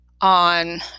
on